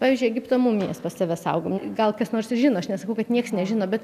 pavyzdžiui egipto mumijas pas save saugomas gal kas nors žino aš nesakau kad nieks nežino bet